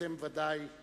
אתם ודאי,